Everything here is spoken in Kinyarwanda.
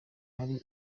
hari